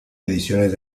ediciones